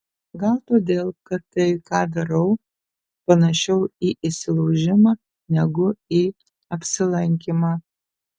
gal todėl kad tai ką darau panašiau į įsilaužimą negu į apsilankymą